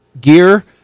gear